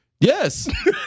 Yes